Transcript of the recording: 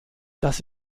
das